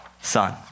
son